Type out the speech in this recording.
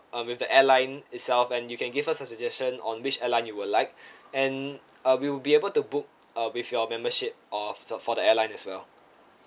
um with the airline itself and you can give us a suggestion on which airline you would like and uh we'll be able to book uh with your membership of for the airline as well